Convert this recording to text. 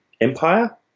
empire